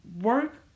Work